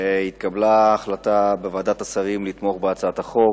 התקבלה החלטה בוועדת השרים לתמוך בהצעת החוק.